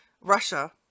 russia